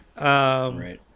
Right